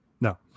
no